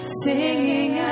singing